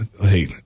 hey